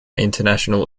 international